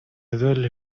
duele